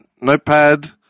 Notepad